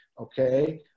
okay